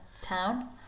town